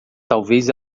talvez